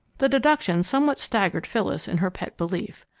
the deduction somewhat staggered phyllis in her pet belief.